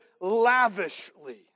lavishly